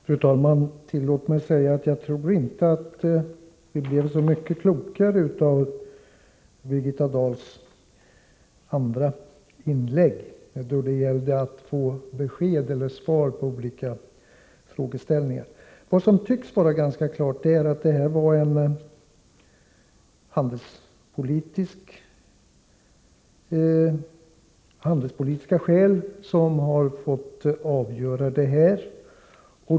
Fru talman! Tillåt mig säga att jag inte tror att vi blev så mycket klokare av Birgitta Dahls andra inlägg, då det gällde att få besked om olika frågeställningar. Det tycks vara klart att det varit handelspolitiska skäl som fått avgöra affären.